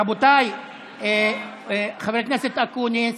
רבותיי, חבר הכנסת אקוניס,